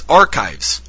archives